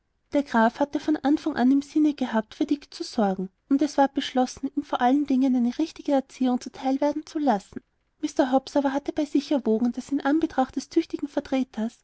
der graf hatte von anfang an im sinne gehabt für dick zu sorgen und es ward beschlossen ihm vor allen dingen eine richtige erziehung zu teil werden zu lassen mr hobbs aber hatte bei sich erwogen daß in anbetracht des tüchtigen vertreters